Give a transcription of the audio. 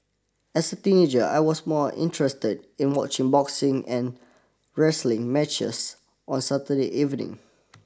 as a teenager I was more interested in watching boxing and wrestling matches on Saturday evening